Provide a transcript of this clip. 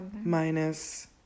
minus